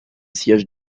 sillage